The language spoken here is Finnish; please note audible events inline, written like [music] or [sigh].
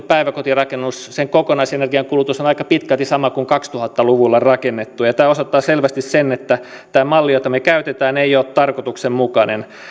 [unintelligible] päiväkotirakennuksen kokonaisenergiankulutus on aika pitkälti sama kuin kaksituhatta luvulla rakennetun ja tämä osoittaa selvästi sen että tämä malli jota me käytämme ei ole tarkoituksenmukainen